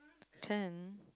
ten